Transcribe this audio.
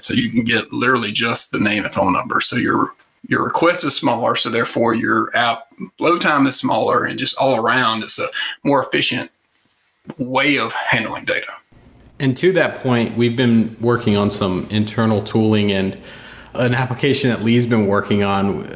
you can get literally just the name and phone number, so your your request is smaller so therefore your app load time is smaller and just all around it's a more efficient way of handling data and to that point, we've been working on some internal tooling and an application that lee's been working on,